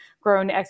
grown